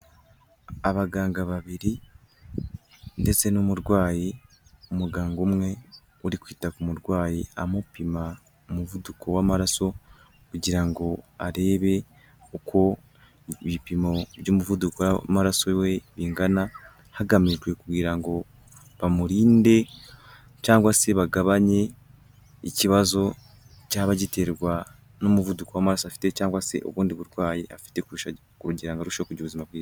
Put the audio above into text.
Abaganga babiri ndetse n'umurwayi, umuganga umwe uri kwita ku murwayi amupima umuvuduko w'amaraso kugira ngo arebe uko ibipimo by'umuvuduko w'amaraso we bingana, hagamijwe kugira ngo bamurinde cyangwa se bagabanye ikibazo cyaba giterwa n'umuvuduko w'amaraso afite cyangwa se ubundi burwayi afite, kugira ngo arusheho kugira ubuzima bwiza.